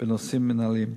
בנושאים מינהליים.